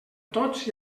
tots